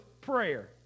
prayer